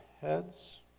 heads